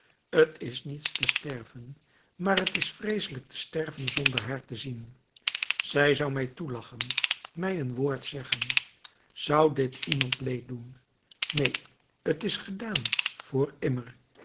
t is niets te sterven maar t is vreeselijk te sterven zonder haar te zien zij zou mij toelachen mij een woord zeggen zou dit iemand leed doen neen t is gedaan voor immer